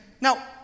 now